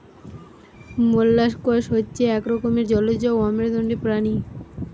molluscs হচ্ছে এক রকমের জলজ অমেরুদন্ডী প্রাণী